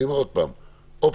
אני אומר עוד פעם, אופציה,